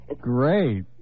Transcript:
Great